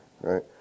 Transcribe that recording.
right